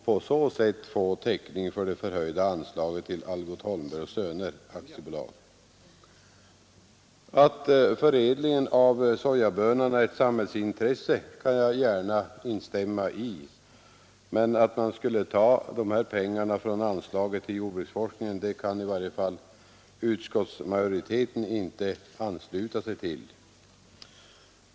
Jag kan gärna instämma i omdömet att förädlingen av sojabönan är ett samhällsintresse. Men förslaget att pengarna skall tas från anslaget till jordbruksforskning kan i varje fall utskottsmajoriteten inte ansluta sig till.